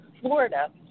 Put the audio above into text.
Florida